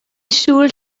siŵr